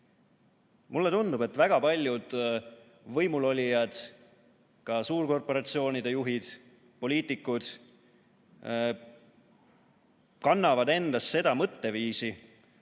Mulle tundub, et väga paljud võimulolijad, ka suurkorporatsioonide juhid, poliitikud, kannavad endas seda mõtteviisi,